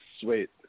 Sweet